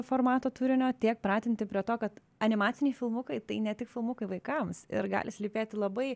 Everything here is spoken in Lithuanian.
formato turinio tiek pratinti prie to kad animaciniai filmukai tai ne tik filmukai vaikams ir gali slypėti labai